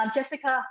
Jessica